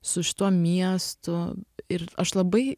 su šituo miestu ir aš labai